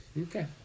okay